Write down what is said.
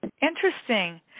Interesting